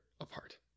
apart